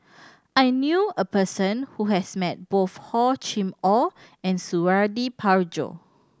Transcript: I knew a person who has met both Hor Chim Or and Suradi Parjo